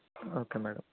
okay madam